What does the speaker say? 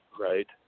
right